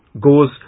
goes